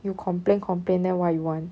you complain complain then what you want